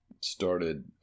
started